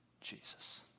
Jesus